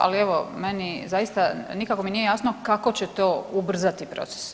Ali evo meni zaista nikako nije jasno kako će to ubrzati proces?